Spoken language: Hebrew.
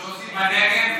כמו שעושים בנגב,